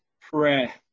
prayer